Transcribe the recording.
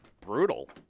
brutal